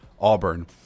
Auburn